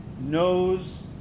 knows